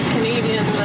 Canadian